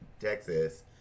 Texas